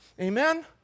Amen